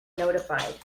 notified